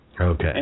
Okay